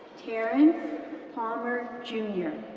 terrence palmer, jr,